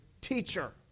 teacher